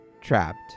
trapped